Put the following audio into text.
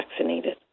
vaccinated